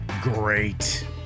great